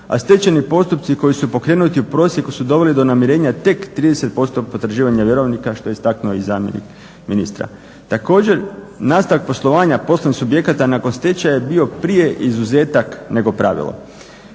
a stečajni postupku koji su pokrenuti u prosjeku su doveli do nemjerenja tek 30% potraživanja vjerovnika što je istaknuo zamjenik ministra. Također nastavak poslovanja poslovnih subjekata nakon stečaja je bio prije izuzetak nego pravilo.